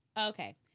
Okay